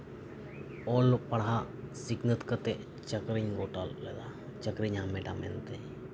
ᱚᱞ ᱯᱟᱲᱦᱟᱜ ᱥᱤᱠᱷᱱᱟᱹᱛ ᱠᱟᱛᱮᱫ ᱪᱟᱹᱠᱨᱤᱧ ᱜᱚᱴᱟ ᱞᱮᱫᱟ ᱪᱟᱹᱠᱨᱤᱧ ᱧᱟᱢ ᱞᱮᱫᱟ ᱢᱮᱱᱛᱮ